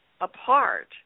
apart